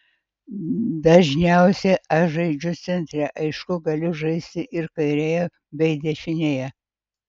dažniausiai aš žaidžiu centre aišku galiu žaisti ir kairėje bei dešinėje